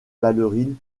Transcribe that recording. ballerine